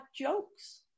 jokes